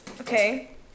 Okay